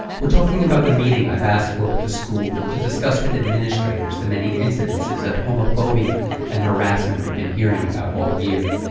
we're talking about the meeting i've asked for with the school, to discuss with administrators the many incidences of homophobia and harassment we've been hearing about all year.